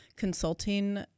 Consulting